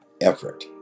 Effort